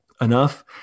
enough